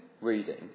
reading